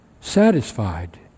satisfied